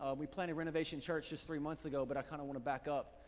um we planted renovation church just three months ago, but i kind of wanna back up.